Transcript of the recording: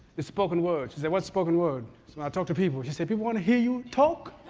it's spoken word. she said, what's spoken word? it's when i talk to people. she said, people want to hear you talk?